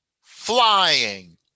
flying